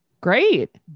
Great